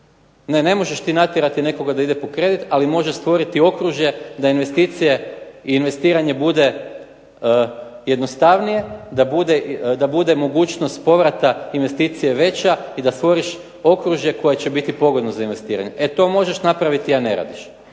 Ne, ne možeš ti natjerati nekoga da ide po kredit, ali možeš stvoriti okružje da investicije i investiranje bude jednostavnije, da bude mogućnost povrata investicije veća i da stvoriš okružje koje će biti pogodno za investiranje. E to možeš napraviti, a ne radiš.